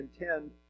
intend